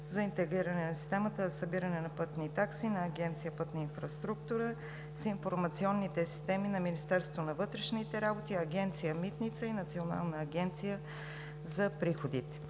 за интегриране на системата за събиране на пътни такси на Агенция „Пътна инфраструктура“ с информационните системи на Министерството на вътрешните работи, Агенция „Митници“ и Националната агенция за приходите.